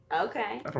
Okay